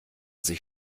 sich